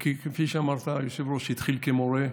כפי שאמרת, היושב-ראש, הוא התחיל כמורה,